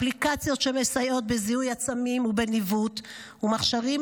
אפליקציות שמסייעות בזיהוי עצמים ובניווט ומכשירים